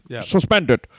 Suspended